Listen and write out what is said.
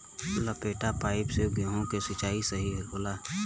लपेटा पाइप से गेहूँ के सिचाई सही होला?